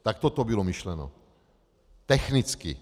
Takto to bylo myšleno technicky.